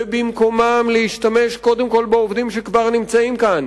ובמקומם להשתמש קודם כול בעובדים שכבר נמצאים כאן,